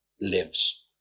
lives